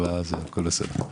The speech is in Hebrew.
הכל בסדר,